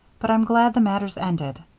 but i'm glad the matter's ended.